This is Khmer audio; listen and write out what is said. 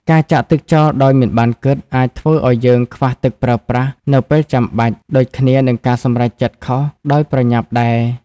ការចាក់ទឹកចោលដោយមិនបានគិត អាចធ្វើឲ្យយើងខ្វះទឹកប្រើប្រាស់នៅពេលចាំបាច់ ដូចគ្នានឹងការសម្រេចចិត្តខុសដោយប្រញាប់ដែរ។